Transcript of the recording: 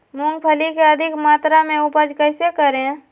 मूंगफली के अधिक मात्रा मे उपज कैसे करें?